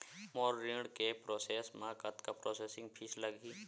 मोर ऋण के प्रोसेस म कतका प्रोसेसिंग फीस लगही?